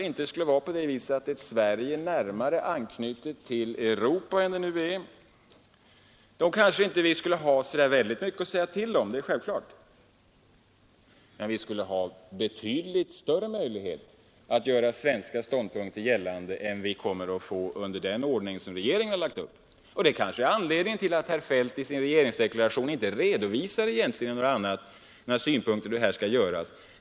Med ett Sverige närmare anknutet till Europa än för närvarande kanske vi inte skulle ha så mycket att säga till om — det är självklart — men vi skulle ha betydligt större möjligheter att göra svenska ståndpunkter gällande än vi kommer att få med den ordning som regeringen lagt upp. Det kanske är anledningen till att herr Feldt i sin regeringsdeklaration egentligen inte redovisar den svenska linjen.